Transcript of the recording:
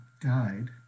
died